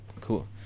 cool